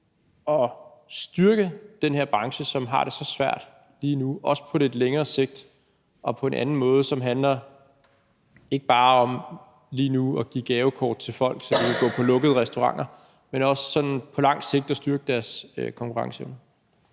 at styrke den her branche, som har det så svært lige nu? Det er også på lidt længere sigt og på en anden måde, som ikke bare handler om lige nu og her at give gavekort til folk til at gå på lukkede restauranter, men også om på lang sigt at styrke deres konkurrenceevne.